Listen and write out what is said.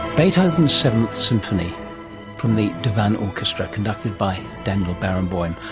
beethoven's seventh symphony from the divan orchestra conducted by daniel barenboim.